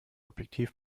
objektiv